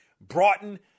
Broughton